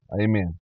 Amen